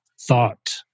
thought